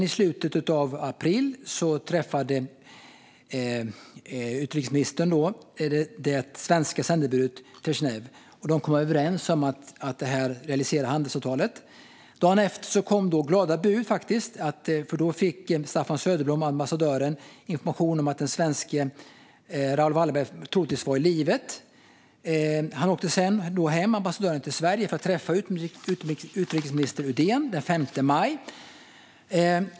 I slutet av april träffade utrikesministern och det svenska sändebudet Brezjnev. De kom överens om att realisera handelsavtalet. Dagen efter kom glada bud, för då fick ambassadören Staffan Söderblom information om att den svenske Raoul Wallenberg troligtvis var i livet. Ambassadören åkte sedan hem till Sverige för att träffa utrikesminister Undén den 5 maj.